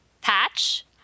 patch